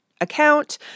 account